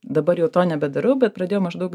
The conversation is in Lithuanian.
dabar jau to nebedarau bet pradėjau maždaug